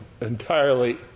entirely